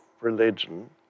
religion